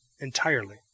entirely